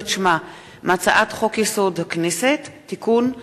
את שמה מהצעת חוק-יסוד: הכנסת (תיקון,